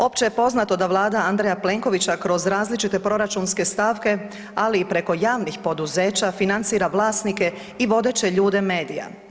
Opće je poznato da Vlada Andreja Plenkovića kroz različite proračunske stavke, ali i preko javnih poduzeća financira vlasnike i vodeće ljude medija.